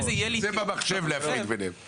צריך להפריד ביניהם במחשב.